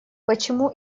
почему